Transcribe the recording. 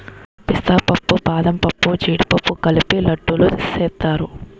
పిస్తా పప్పు బాదంపప్పు జీడిపప్పు కలిపి లడ్డూలు సేస్తారు